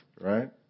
right